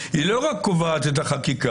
היא לא רק קובעת את החקיקה,